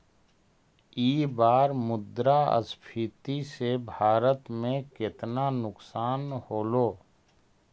ई बार मुद्रास्फीति से भारत में केतना नुकसान होलो